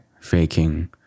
faking